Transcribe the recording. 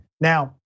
Now